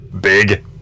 Big